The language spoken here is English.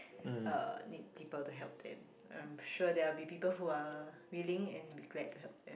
uh need people to help them I am sure there are people who are willing and be glad to help them